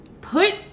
put